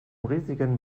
riesigen